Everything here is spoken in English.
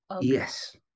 Yes